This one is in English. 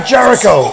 Jericho